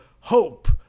hope